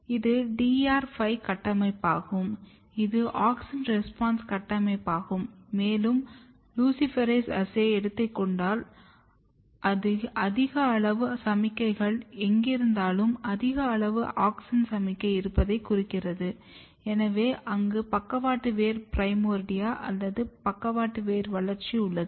இது DR 5 கட்டமைப்பாகும் இது ஆக்ஸின் ரெஸ்பான்ஸ் கட்டமைப்பாகும் மேலும் லூசிஃபெரேஸ் அஸ்ஸேவை எடுத்துக்கொண்டால் அதிக அளவு சமிக்ஞைகள் எங்கிருந்தாலும் அதிக அளவு ஆக்ஸின் சமிக்ஞை இருப்பதைக் குறிக்கிறது எனவே அங்கு பக்கவாட்டு வேர் பிரைமோர்டியா அல்லது பக்கவாட்டு வேர் வளர்ச்சி உள்ளது